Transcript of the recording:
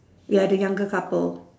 ya the younger couple